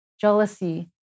jealousy